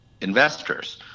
investors